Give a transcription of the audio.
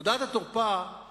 נקודת התורפה היא